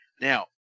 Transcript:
Now